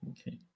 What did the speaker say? okay